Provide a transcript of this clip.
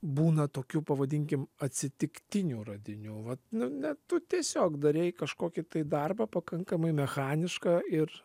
būna tokių pavadinkim atsitiktinių radinių vat nu ne tu tiesiog darei kažkokį darbą pakankamai mechanišką ir